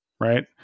Right